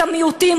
את המיעוטים,